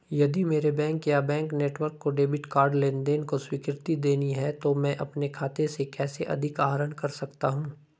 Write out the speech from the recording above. यदि मेरे बैंक या बैंक नेटवर्क को डेबिट कार्ड लेनदेन को स्वीकृति देनी है तो मैं अपने खाते से कैसे अधिक आहरण कर सकता हूँ?